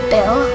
Bill